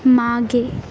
मागे